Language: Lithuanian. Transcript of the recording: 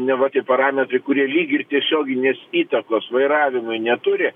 neva tie parametrai kurie lyg ir tiesioginės įtakos vairavimui neturi